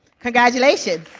congratulations.